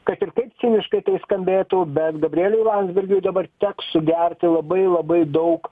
kad ir kaip ciniškai tai skambėtų bet gabrieliui landsbergiui dabar teks sugerti labai labai daug